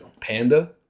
Panda